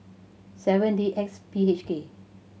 seven D X P H K